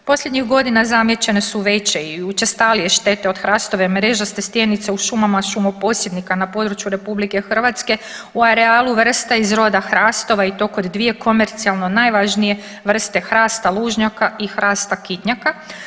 Posljednjih godina zamijećene su veće i učestalije štete od hrastove mrežaste stjenice u šumama šumoposjednika na području RH o arealu vrsta iz roda hrastova i to kod dvije komercijalno najvažnije vrste hrasta lužnjaka i hrasta kitnjaka.